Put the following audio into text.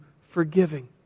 forgiving